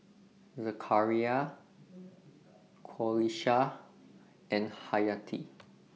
Zakaria Qalisha and Hayati